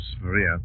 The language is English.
Maria